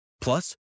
Plus